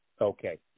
Okay